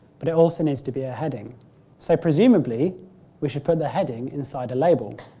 but it also needs to be a heading so presumably we should put the heading inside the label.